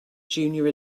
junior